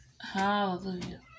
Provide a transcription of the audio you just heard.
Hallelujah